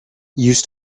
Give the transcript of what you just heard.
used